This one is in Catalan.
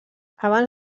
abans